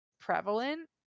prevalent